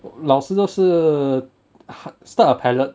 老师都是 start a pilot